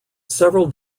several